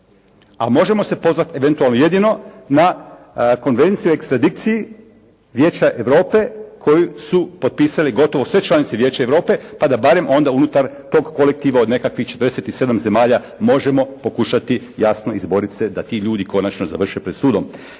A možemo se pozvati eventualno jedino na Konvenciju o … /Govornik se ne razumije./ … Vijeća Europe koju su potpisale gotovo sve članice Vijeća Europe pa da barem onda unutar tog kolektiva od nekakvih 47 zemalja možemo pokušati jasno izboriti se da ti ljudi konačno završe pred sudom.